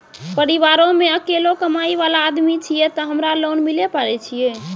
परिवारों मे अकेलो कमाई वाला आदमी छियै ते हमरा लोन मिले पारे छियै?